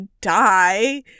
die